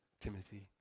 Timothy